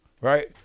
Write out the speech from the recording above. Right